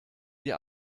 dir